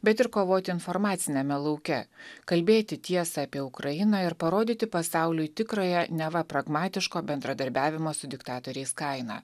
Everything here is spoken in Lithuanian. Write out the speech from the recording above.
bet ir kovoti informaciniame lauke kalbėti tiesą apie ukrainą ir parodyti pasauliui tikrąją neva pragmatiško bendradarbiavimo su diktatoriais kainą